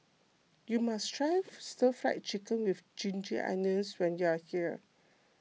you must try Stir Fry Chicken with Ginger Onions when you are here